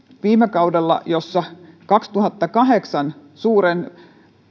viime kaudella vuoden kaksituhattakahdeksan suuren